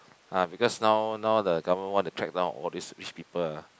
ah because now now the government want to track down all these rich people ah